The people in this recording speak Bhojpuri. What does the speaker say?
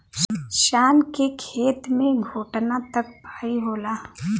शान के खेत मे घोटना तक पाई होला